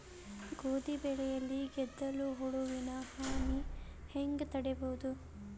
ಗೋಧಿ ಬೆಳೆಯಲ್ಲಿ ಗೆದ್ದಲು ಹುಳುವಿನ ಹಾನಿ ಹೆಂಗ ತಡೆಬಹುದು?